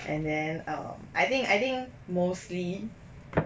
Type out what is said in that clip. and then (um)i think I think mostly